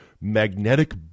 magnetic